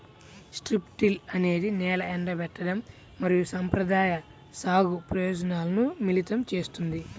strip till అనేది నేల ఎండబెట్టడం మరియు సంప్రదాయ సాగు ప్రయోజనాలను మిళితం చేస్తుంది